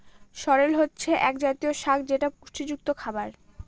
সরেল হচ্ছে এক জাতীয় শাক যেটা পুষ্টিযুক্ত খাবার